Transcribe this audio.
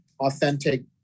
authentic